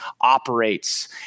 operates